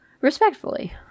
Respectfully